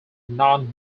non